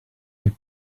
had